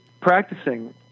practicing